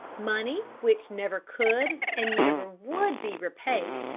money which never could and never would be repaid,